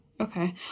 Okay